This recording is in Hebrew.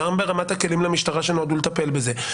גם ברמת הכלים למשטרה שנועדו לטפל בזה.